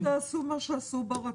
בבקשה רק אל תעשו את מה שעשו ברכבת